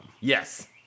Yes